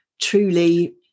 truly